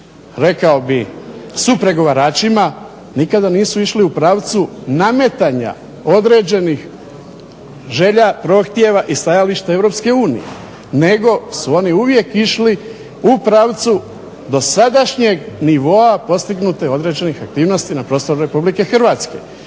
rekao bi supregovaračima nikada nisu išli u pravcu nametanja određenih želja, prohtjeva i stajališta EU, nego su oni uvijek išli u pravcu dosadašnjeg nivoa postignuti određenih aktivnosti na prostoru RH.